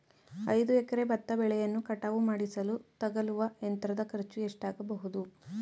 ಐದು ಎಕರೆ ಭತ್ತ ಬೆಳೆಯನ್ನು ಕಟಾವು ಮಾಡಿಸಲು ತಗಲುವ ಯಂತ್ರದ ಖರ್ಚು ಎಷ್ಟಾಗಬಹುದು?